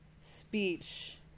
speech